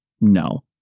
No